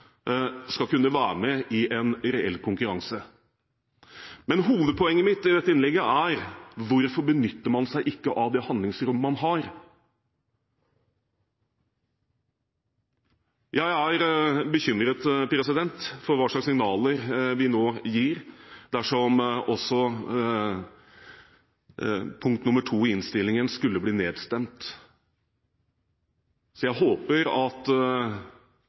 skal kunne være med i en reell konkurranse. Men hovedpoenget mitt i dette innlegget er: Hvorfor benytter man seg ikke av det handlingsrommet man har? Jeg er bekymret for hva slags signaler vi nå gir dersom også punkt nr. 2 i innstillingen skulle bli nedstemt. Jeg håper at